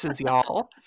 y'all